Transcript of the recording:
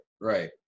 right